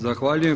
Zahvaljujem.